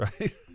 right